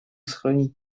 сохранить